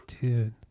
dude